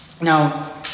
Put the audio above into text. Now